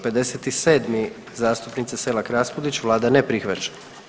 57. zastupnica Selak Raspudić, vlada ne prihvaća.